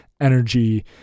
energy